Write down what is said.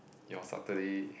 your Saturday